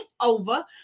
over